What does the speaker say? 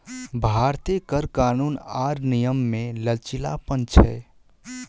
भारतीय कर कानून आर नियम मे लचीलापन छै